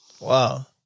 Wow